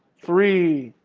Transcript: three.